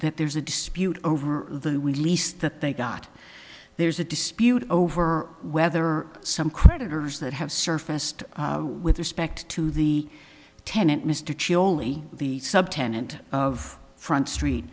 that there's a dispute over the we lease that they got there's a dispute over whether some creditors that have surfaced with respect to the tenant mr the subtenant of front street